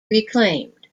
reclaimed